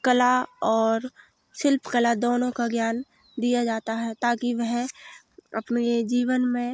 कला और शिल्प कला का दोनों का ज्ञान दिया जाता है ताकि वह अपने जीवन में